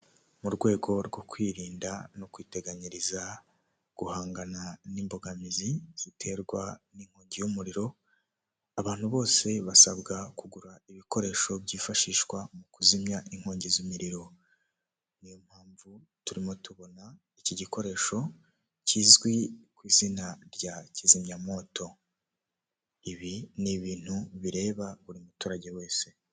Igiceri cy'u Rwanda cyanditseho banke nasiyonari di Rwanda, bigaragara ko cyakozwe mu mwaka w' igihumbi kimwe magana cyenda mirongo irindwi na karindwi, kandi iki giceri gishushanyijeho igitoki bigaragara ko mu Rwanda haba insina nyinshi.